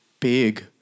Big